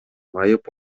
майып